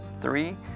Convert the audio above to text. Three